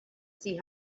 see